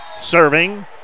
Serving